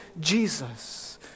Jesus